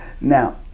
Now